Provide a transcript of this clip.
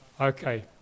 Okay